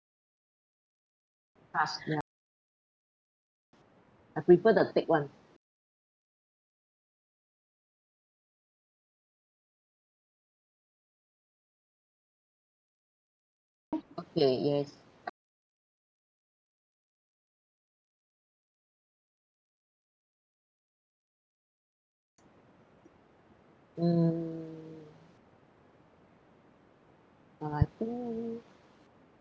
crust ya I prefer the thick one okay yes um uh I think